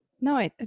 No